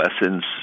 lessons